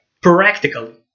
Practically